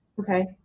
Okay